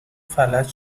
فلج